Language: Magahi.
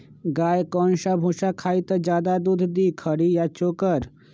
गाय कौन सा भूसा खाई त ज्यादा दूध दी खरी या चोकर?